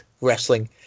wrestling